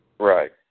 Right